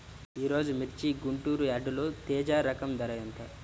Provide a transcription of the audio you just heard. ఈరోజు మిర్చి గుంటూరు యార్డులో తేజ రకం ధర ఎంత?